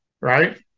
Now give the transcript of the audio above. Right